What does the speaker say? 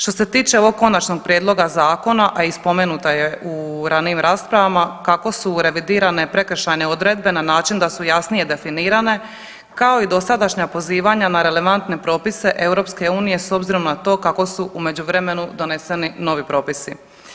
Što se tiče ovog konačnog prijedloga zakona, a i spomenuta je u ranijim raspravama kako su revidirane prekršajne odredbe na način da su jasnije definirane kao i dosadašnja pozivanja na relevantne propise EU s obzirom na to kako su u međuvremenu doneseni novi propisi.